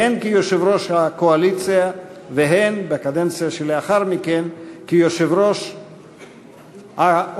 הן כיושב-ראש הקואליציה והן בקדנציה שלאחר מכן כיושב-ראש האופוזיציה,